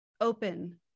open